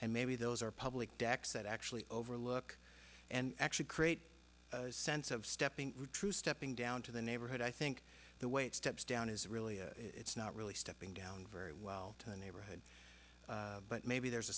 and maybe those are public decks that actually overlook and actually create a sense of stepping true stepping down to the neighborhood i think the way it steps down is really it's not really stepping down very well to the neighborhood but maybe there's a